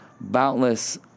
boundless